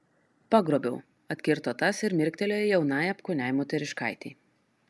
pagrobiau atkirto tas ir mirktelėjo jaunai apkūniai moteriškaitei